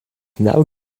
naŭ